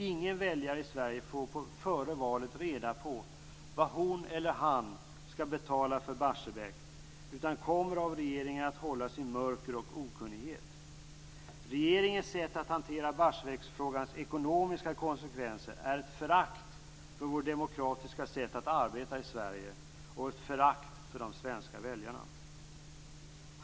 Ingen väljare i Sverige får före valet reda på vad hon eller han skall betala för Barsebäck utan kommer av regeringen att hållas i mörker och okunnighet. Regeringens sätt att hantera Barsebäcksfrågans ekonomiska konsekvenser är ett förakt för vårt demokratiska sätt att arbeta i Sverige och ett förakt för de svenska väljarna.